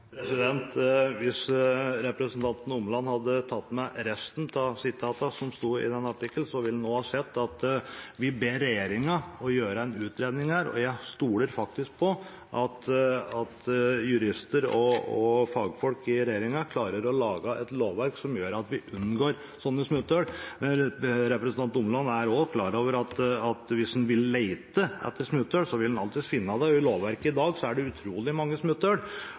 Hvis representanten Omland hadde tatt med resten av sitatene som sto i den artikkelen, så ville han ha sett at vi også ber regjeringen om å gjøre en utredning her, og jeg stoler faktisk på at jurister og fagfolk i regjeringen klarer å lage et lovverk som gjør at vi unngår slike smutthull. Representanten Omland er også klar over at hvis en vil lete etter smutthull, så vil en alltids finne det. I lovverket i dag er det utrolig mange